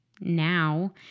now